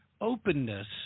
openness